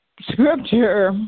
scripture